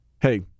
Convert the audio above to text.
Hey